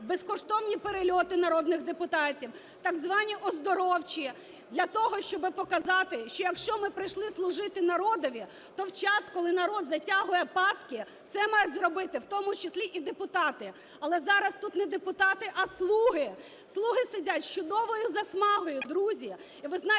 безкоштовні перельоти народних депутатів, так звані "оздоровчі", для того щоби показати, що якщо ми прийшли служити народові, то в час, коли народ "затягує паски", це мають зробити в тому числі і депутати. Але зараз тут не депутати, а "слуги". "Слуги" сидять з чудовою засмагою, друзі!